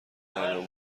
الان